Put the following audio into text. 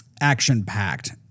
action-packed